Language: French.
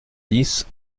dix